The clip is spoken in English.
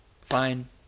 fine